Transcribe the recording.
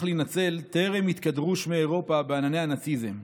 להינצל טרם יתקדרו שמי אירופה בענני הנאציזם.